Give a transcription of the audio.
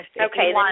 Okay